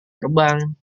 terbang